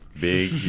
Big